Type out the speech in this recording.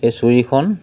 এই চুৰিখন